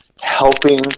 helping